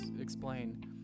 explain